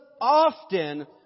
often